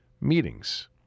meetings